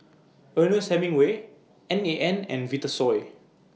Ernest Hemingway N A N and Vitasoy